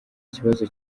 ikibazo